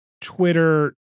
Twitter